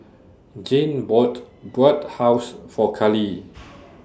Jayne bought Bratwurst For Kayleigh